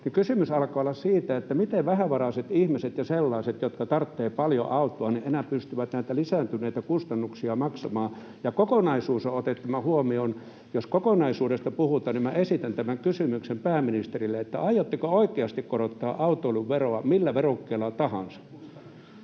Kysymys alkaa olla siitä, miten vähävaraiset ihmiset ja sellaiset, jotka tarvitsevat paljon autoa, enää pystyvät näitä lisääntyneitä kustannuksia maksamaan. Kokonaisuus on otettava huomioon. Jos kokonaisuudesta puhutaan, niin minä esitän tämän kysymyksen pääministerille: aiotteko oikeasti korottaa autoilun veroa millä verukkeella tahansa?